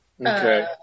Okay